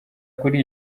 kuri